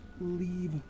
leave